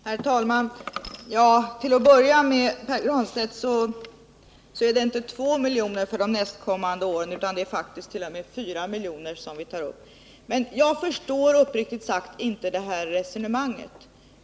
Herr talman! Till att börja med, Pär Granstedt, är det inte 2 miljoner som vi föreslår för de nästkommande budgetåren utan faktiskt t.o.m. 4 miljoner. Men jag förstår, uppriktigt sagt, inte detta resonemang.